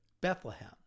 Bethlehem